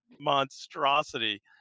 monstrosity